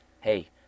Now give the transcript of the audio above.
hey